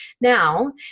Now